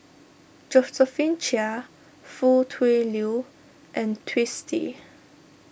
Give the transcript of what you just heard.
Josephine Chia Foo Tui Liew and Twisstii